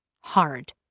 hard